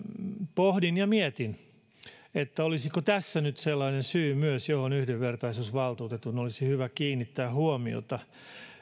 pohdin ja mietin olisiko tässä nyt myös sellainen syy johon yhdenvertaisuusvaltuutetun olisi hyvä kiinnittää huomiota